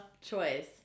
choice